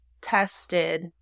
tested